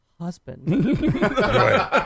husband